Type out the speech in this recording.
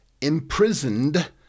Imprisoned